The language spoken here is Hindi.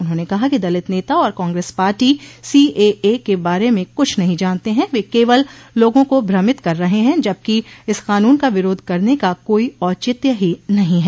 उन्होंने कहा कि दलित नेता और कांग्रेस पार्टी सीएए के बारे में कुछ नहीं जानते ह वे केवल लोगों को भ्रमित कर रहे ह जबकि इस कानून का विरोध करने का कोई औचित्य ही नहीं है